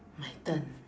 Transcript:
my turn